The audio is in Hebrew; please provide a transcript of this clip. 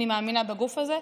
אני מאמינה בגוף הזה,